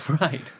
Right